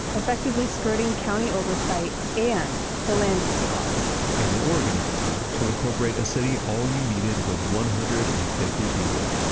effectively skirting county oversight and the land use laws and in oregon at the time, to incorporate a city, all you needed was one hundred and fifty people,